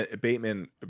Bateman